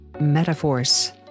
metaphors